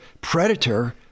predator